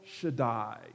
Shaddai